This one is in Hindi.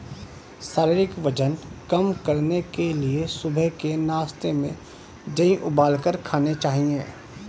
शारीरिक वजन कम करने के लिए सुबह के नाश्ते में जेई उबालकर खाने चाहिए